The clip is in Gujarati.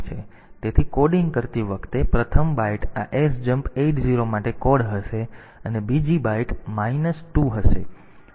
તેથી તેને કોડિંગ કરતી વખતે પ્રથમ બાઈટ આ sjmp 80 માટે કોડ હશે અને બીજી બાઈટ માઈનસ 2 હશે